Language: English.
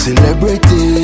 Celebrity